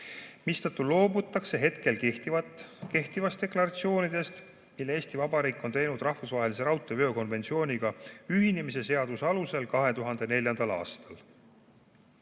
mistõttu loobutakse praegu kehtivatest deklaratsioonidest, mis Eesti Vabariik on teinud rahvusvahelise raudteeveo konventsiooniga ühinemise seaduse alusel 2004. aastal.